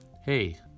Hey